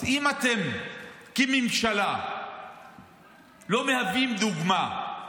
אז אם אתם כממשלה לא מהווים דוגמה,